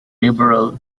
liberal